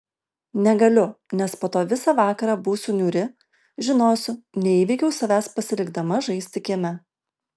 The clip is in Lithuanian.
negaliu nes po to visą vakarą būsiu niūri žinosiu neįveikiau savęs pasilikdama žaisti kieme